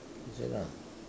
that's it lah